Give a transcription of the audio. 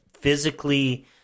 physically